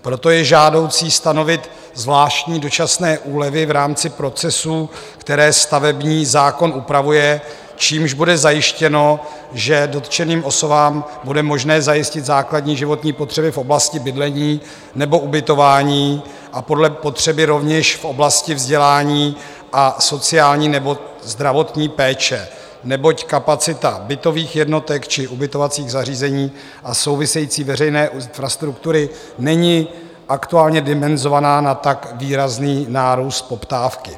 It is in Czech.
Proto je žádoucí stanovit zvláštní dočasné úlevy v rámci procesů, které stavební zákon upravuje, čímž bude zajištěno, že dotčeným osobám bude možné zajistit základní životní potřeby v oblasti bydlení nebo ubytování a podle potřeby rovněž v oblasti vzdělání a sociální nebo zdravotní péče, neboť kapacita bytových jednotek či ubytovacích zařízení a související veřejné infrastruktury není aktuálně dimenzovaná na tak výrazný nárůst poptávky.